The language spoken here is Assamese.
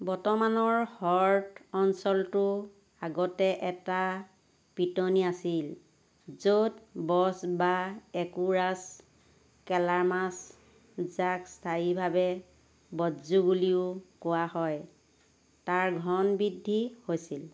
বৰ্তমানৰ হ্ৰদ অঞ্চলটো আগতে এটা পিতনি আছিল য'ত বচ বা একোৰাচ কেলামাচ যাক স্থানীয়ভাৱে বঝো বুলিও কোৱা হয় তাৰ ঘন বৃদ্ধি হৈছিল